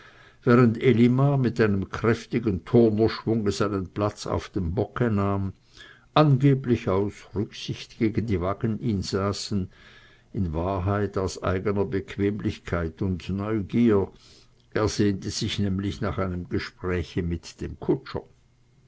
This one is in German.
mit einem kräftigen turnerschwunge seinen platz auf dem bocke nahm angeblich aus rücksicht gegen die wageninsassen in wahrheit aus eigener bequemlichkeit und neugier er sehnte sich nämlich nach einem gespräche mit dem kutscher